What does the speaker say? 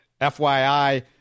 FYI